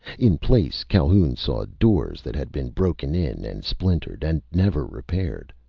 in placed calhoun saw doors that had been broken in and splintered, and never repaired.